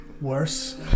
worse